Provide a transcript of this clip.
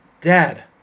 Dad